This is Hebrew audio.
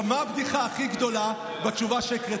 עכשיו, מה הבדיחה הכי גדולה בתשובה שהקראת?